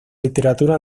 literatura